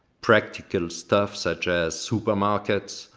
practical stuff such as supermarket,